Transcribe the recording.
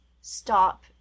stop